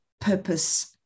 purpose